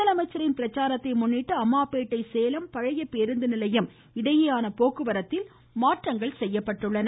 முதலமைச்சரின் பிரச்சாரத்தை முன்னிட்டு அம்மாபேட்டை சேலம் பழைய பேருந்து நிலையம் இடையேயான போக்குவரத்தில் மாற்றம் செய்யப்பட்டுள்ளது